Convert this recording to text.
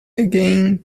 again